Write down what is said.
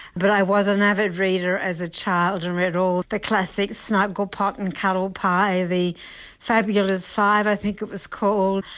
but i was an avid reader as a child and read all the classics snugglepot and cuddlepie, the fabulous five i think it was called.